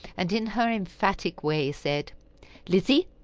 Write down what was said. and in her emphatic way said lizzie,